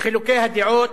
חילוקי הדעות,